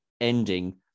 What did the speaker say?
ending